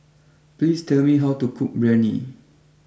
please tell me how to cook Biryani